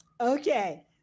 okay